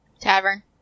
Tavern